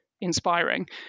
inspiring